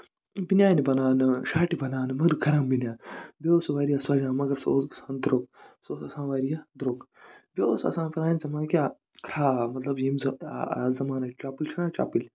بٔنیان بَناونہٕ شٲٹہِ بَناونہٕ مَگر گرم بٔنیان بیٚیہِ اوس واریاہ سَجان مَگر سُہ اوس گژھان دروٚگ سُہ اوس گژھان واریاہ دروٚگ سُہ اوس آسام مطلب پرانہِ زَمانہٕ کیاہ کھروو ییٚمہِ سُہ زَمانٕچ چَپٔل چھےٚ نہٕ چَپٔلۍ